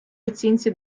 оцінці